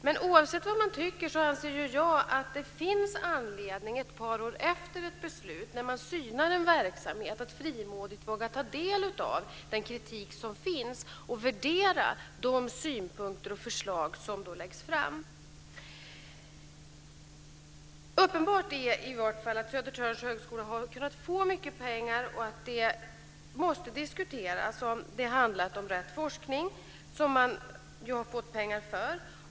Men oavsett vad man tycker anser jag att det finns anledning, ett par år efter ett beslut när man synar en verksamhet, att frimodigt våga ta del av den kritik som finns och värdera de synpunkter och förslag som då läggs fram. Uppenbart är i varje fall att Södertörns högskola har kunnat få mycket pengar och att det måste diskuteras om det handlat om rätt forskning, som man har fått pengarna för.